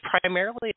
primarily